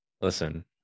Listen